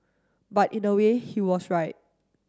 but in a way he was right